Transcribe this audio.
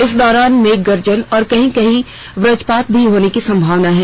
इस दौरान मेघ गर्जन और कहीं कहीं वज्रपात भी होने की संभावना है